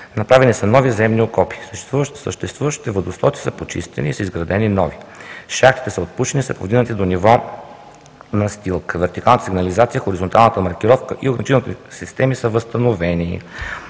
Направени са нови земни окопи. Съществуващите водостоци са почистени и са изградени нови. Шахтите са отпушени и са повдигнати до ниво настилка. Вертикалната сигнализация, хоризонталната маркировка и ограничителните системи са възстановени.